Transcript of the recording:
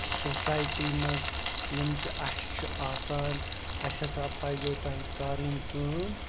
society منٛز یِم تہِ اَسہِ چھِ آسان اَسہِ ہَسا پزوٕ تۄہہِ کَرٕنۍ کٲم